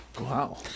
Wow